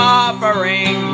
offering